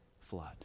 flood